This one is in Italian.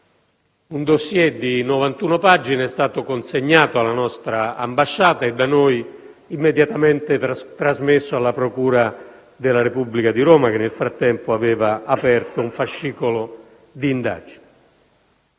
un *dossier* di 91 pagine è stato consegnato alla nostra ambasciata e da noi immediatamente trasmesso alla procura della Repubblica di Roma, che nel frattempo aveva aperto un fascicolo di indagine.